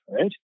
right